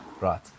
Right